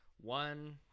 One